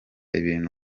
ibintu